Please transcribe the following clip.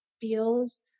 feels